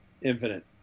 infinite